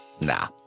Nah